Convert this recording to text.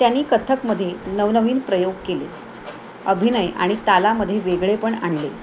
त्यांनी कथकमध्ये नवनवीन प्रयोग केले अभिनय आणि तालामध्ये वेगळेपण आणले